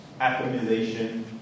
atomization